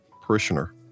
parishioner